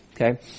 okay